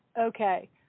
Okay